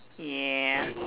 yeah